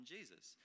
Jesus